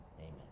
Amen